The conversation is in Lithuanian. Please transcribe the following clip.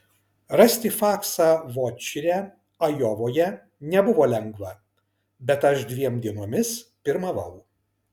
rasti faksą vot čire ajovoje nebuvo lengva bet aš dviem dienomis pirmavau